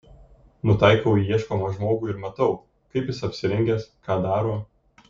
nutaikau į ieškomą žmogų ir matau kaip jis apsirengęs ką daro